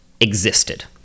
existed